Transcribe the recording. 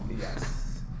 Yes